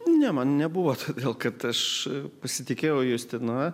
ne man nebuvo todėl kad aš pasitikėjau justina